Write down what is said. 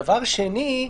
דבר שני,